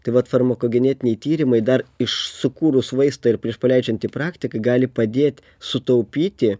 tai vat farmakogenetiniai tyrimai dar iš sukūrus vaistą ir prieš paleidžiant į praktiką gali padėti sutaupyti